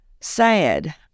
sad